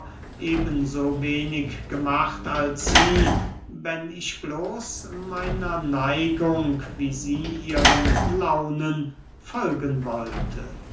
so wenig gemacht als sie wenn ich bloß meiner neigung wie sie ihren launen folgen wollte